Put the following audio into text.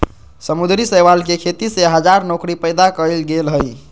समुद्री शैवाल के खेती से हजार नौकरी पैदा कइल गेल हइ